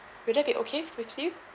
would it be okay with you